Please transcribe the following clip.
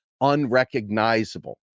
unrecognizable